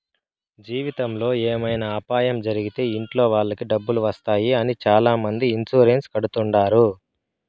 జీవితంలో ఏమైనా అపాయం జరిగితే ఇంట్లో వాళ్ళకి డబ్బులు వస్తాయి అని చాలామంది ఇన్సూరెన్స్ కడుతుంటారు